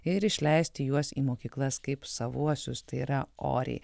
ir išleisti juos į mokyklas kaip savuosius tai yra oriai